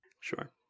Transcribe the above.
Sure